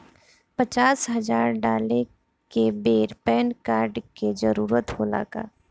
पचास हजार डाले के बेर पैन कार्ड के जरूरत होला का?